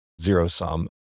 zero-sum